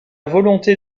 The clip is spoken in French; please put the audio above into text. volonté